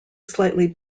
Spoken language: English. slightly